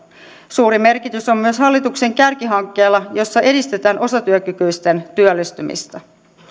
suuri merkitys on myös hallituksen kärkihankkeella jossa edistetään osatyökykyisten työllistymistä